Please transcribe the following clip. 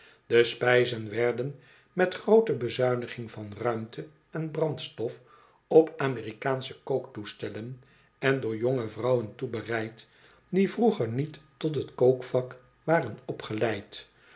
de spijzen werden met groote bezuiniging van ruimte en brandstof op amerikaansche kooktoestellen en door jonge vrouwen toebereid die vroeger niet tot t kook vak waren opgeleid